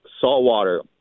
saltwater